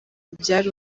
byari